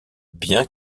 bien